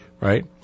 right